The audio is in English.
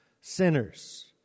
sinners